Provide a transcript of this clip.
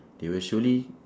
they will surely